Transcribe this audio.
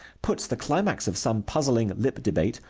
puts the climax of some puzzling lip-debate,